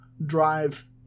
drive